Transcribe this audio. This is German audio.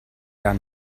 gar